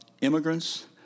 immigrants